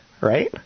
Right